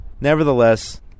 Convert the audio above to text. Nevertheless